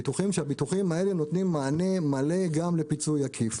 והביטוחים האלה נותנים מענה מלא גם לפיצוי עקיף.